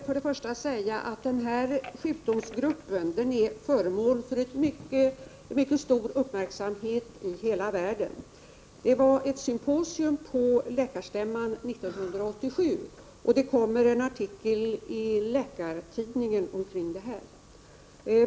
Fru talman! Den här sjukdomsgruppen är föremål för mycket stor uppmärksamhet i hela världen. Det hölls ett symposium på läkarstämman 1987 och det kommer en artikel i Läkartidningen kring detta ämne.